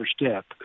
step